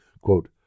Quote